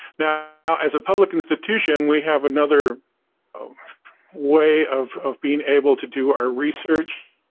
now ah as a public institution we have another of way of of being able to do our research